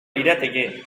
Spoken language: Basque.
lirateke